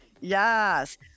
Yes